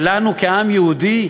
לנו כעם יהודי,